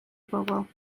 bobol